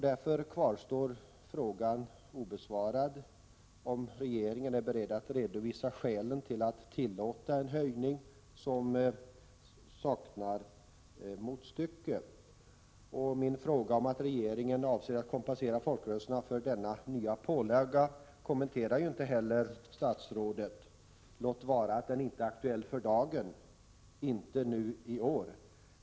Därför kvarstår min fråga om huruvida regeringen är beredd att redovisa skälen till att tillåta en höjning — en höjning som saknar motstycke. Inte heller min fråga om regeringen avser att kompensera folkrörelserna för denna nya pålaga kommenteras av statsrådet. Låt vara att den inte är aktuell för dagen, i alla fall inte i år.